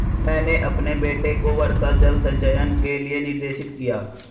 मैंने अपने बेटे को वर्षा जल संचयन के लिए निर्देशित किया